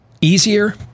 easier